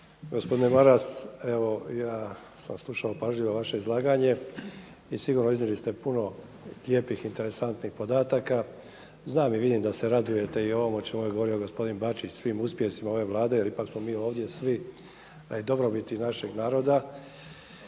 Gospodine Maras, evo ja sam slušao pažljivo vaše izlaganje i sigurno iznijeli ste puno lijepih, interesantnih podataka. Znam i vidim da se radujete i ovom o čem je govorio gospodin Bačić svim uspjesima ove Vlade, jer ipak smo mi ovdje svi radi dobrobiti našeg naroda.